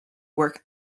work